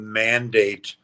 mandate